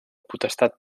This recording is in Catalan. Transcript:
potestat